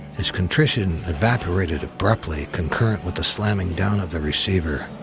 his contrition evaporated abruptly concurrent with the slamming down of the receiver.